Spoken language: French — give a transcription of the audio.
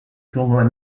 tournoi